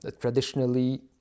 traditionally